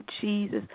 Jesus